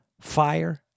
fire